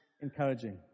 encouraging